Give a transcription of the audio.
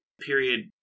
period